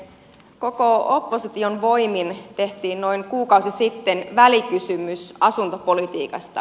koko opposition voimin tehtiin noin kuukausi sitten välikysymys asuntopolitiikasta